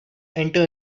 enter